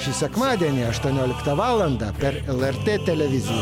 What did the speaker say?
šį sekmadienį aštuonioliktą valandą per lrt televiziją